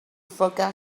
forgot